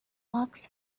box